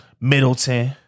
Middleton